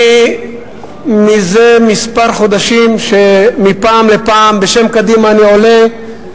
זה כמה חודשים שמפעם לפעם אני עולה,